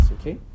Okay